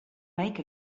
make